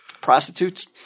Prostitutes